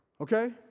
Okay